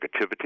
negativity